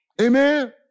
Amen